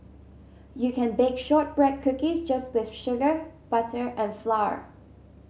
you can bake shortbread cookies just with sugar butter and flour